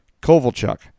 Kovalchuk